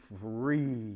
free